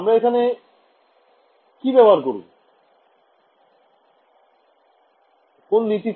আমরা এখানে কি ব্যবহার করবো কোন নীতিতে